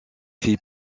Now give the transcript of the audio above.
fit